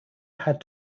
had